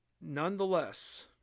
nonetheless